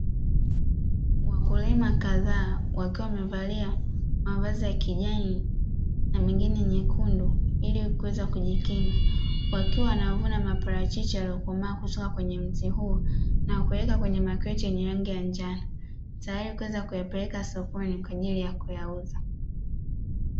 Wakulima kadhaa wakiwa wamevalia mavazi ya kijani na mengine nyekundu ili kuweza kujikinga, wakiwa wakivuna mavuno ya maparachichi yaliyokomaa kutoka kwenye mti huo na kuyaweka kwenye makreti yenye rangi ya njano, tayari kuweza kuyapeleka sokoni kwa ajili ya kuyauza.